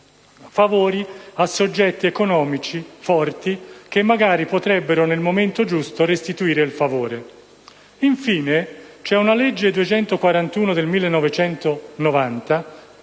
favori a soggetti economici forti che magari potrebbero, nel momento giusto, restituire il favore. Infine, c'è una legge, la n. 241 del 1990,